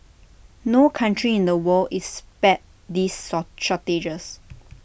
no country in the world is spared these sort shortages